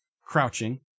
crouching